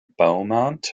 beaumont